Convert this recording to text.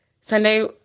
sunday